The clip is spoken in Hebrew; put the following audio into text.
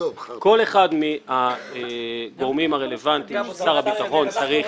כל אחד מהגורמים הרלוונטיים ששר הביטחון צריך